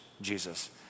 Jesus